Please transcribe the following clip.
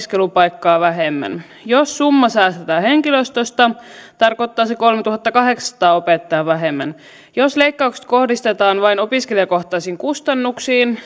opiskelupaikkaa vähemmän jos summa säästetään henkilöstöstä tarkoittaa se kolmetuhattakahdeksansataa opettajaa vähemmän jos leikkaukset kohdistetaan vain opiskelijakohtaisiin kustannuksiin